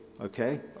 Okay